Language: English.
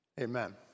Amen